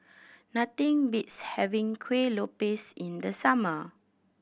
nothing beats having Kueh Lopes in the summer